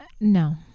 No